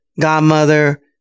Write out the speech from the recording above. Godmother